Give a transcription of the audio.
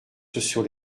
sur